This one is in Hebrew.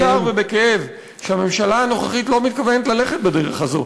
אני אומר בצער ובכאב שהממשלה הנוכחית לא מתכוונת ללכת בדרך הזאת.